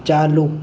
ચાલુ